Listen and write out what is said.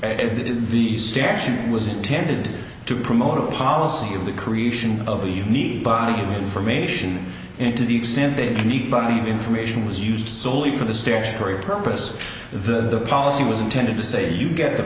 for the statute was intended to promote a policy of the creation of a unique body and information into the extent they need body of information was used solely for the statutory purpose the policy was intended to say you get a